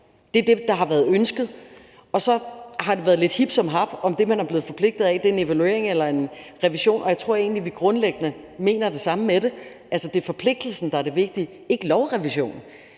Det er det, der har været ønsket. Og så har det været lidt hip som hap, om det, man er blevet forpligtet til, er en evaluering eller en revision. Jeg tror egentlig, at vi grundlæggende mener det samme med det, nemlig at forpligtelsen er det vigtige, ikke lovrevisionen.